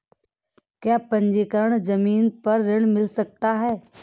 क्या पंजीकरण ज़मीन पर ऋण मिल सकता है?